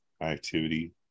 activity